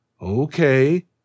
Okay